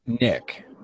Nick